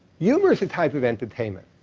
humor is a type of entertainment.